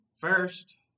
first